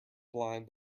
blind